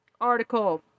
article